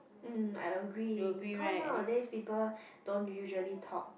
um I agree cause nowadays people don't usually talk